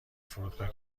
فرودگاه